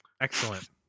Excellent